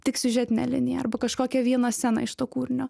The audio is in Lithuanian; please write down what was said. tik siužetinę liniją arba kažkokią vieną sceną iš to kūrinio